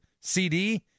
CD